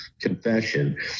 confession